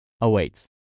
awaits